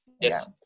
Yes